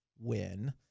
Win